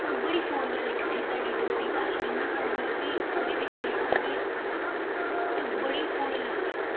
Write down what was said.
बड़ियां सोह्नियां लिखदे साढ़ी डोगरी भाशां इ'न्नी सोह्नी कि उदे बिच्च लिखो ते बड़ी सोह्नी लगदी